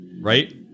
Right